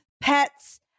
pets